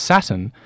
Saturn